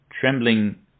trembling